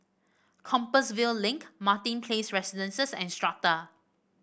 Compassvale Link Martin Place Residences and Strata